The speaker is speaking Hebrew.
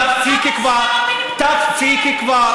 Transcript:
תפסיקי כבר.